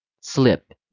slip